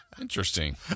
Interesting